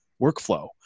workflow